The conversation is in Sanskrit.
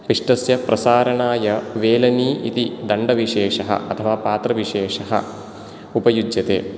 पिष्टस्य प्रसारणाय वेलनी इति दण्डविशेषः अथवा पात्रविशेषः उपयुज्यते